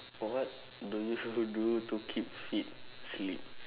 or what do you do to keep fit sleep